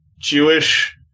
Jewish